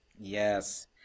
Yes